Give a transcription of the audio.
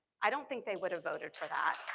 i don't think they would have voted for that.